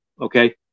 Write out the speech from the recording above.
okay